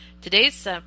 Today's